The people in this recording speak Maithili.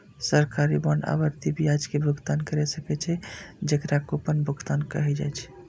सरकारी बांड आवर्ती ब्याज के भुगतान कैर सकै छै, जेकरा कूपन भुगतान कहल जाइ छै